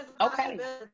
Okay